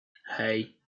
hey